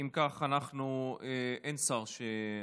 אם כך, אנחנו, בעצם